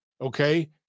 Okay